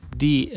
di